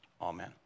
Amen